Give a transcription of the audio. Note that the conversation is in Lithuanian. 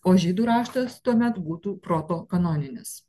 o žydų raštas tuomet būtų protokanoninis